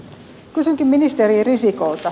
kysynkin ministeri risikolta